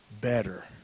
better